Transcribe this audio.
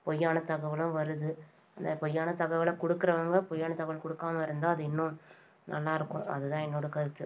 பொய்யான தகவலும் வருது அந்த பொய்யான தகவலை கொடுக்குறவங்க பொய்யான தகவல் கொடுக்காம இருந்தால் அது இன்னும் நல்லாயிருக்கும் அதுதான் என்னோடய கருத்து